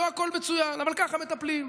לא הכול מצוין, אבל ככה מטפלים.